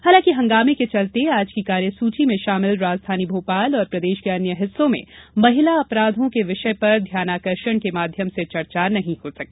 हालांकि हंगामे के चलते आज की कार्यसूची में शामिल राजधानी भोपाल और प्रदेश के अन्य हिस्सों में महिला अपराधों के विषय पर ध्यानाकर्षण के माध्यम से चर्चा नहीं हो सकी